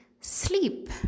sleep